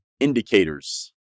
indicators